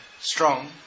strong